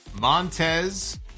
Montez